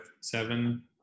Seven